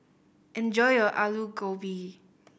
enjoy your Alu Gobi